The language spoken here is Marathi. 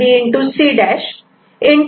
C B